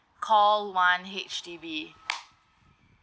call one H_D_B